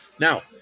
Now